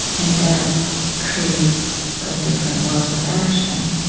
and that creates a different world of action.